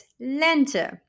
lente